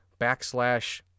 backslash